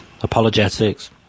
apologetics